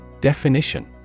Definition